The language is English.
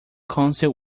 counsel